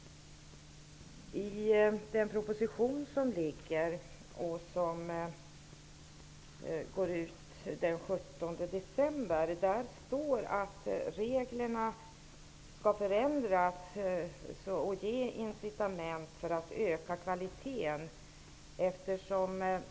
I den proposition som överlämnats till riksdagen, där motionstiden går ut den 17 december, står att reglerna skall förändras och ge incitament för att öka kvaliteten.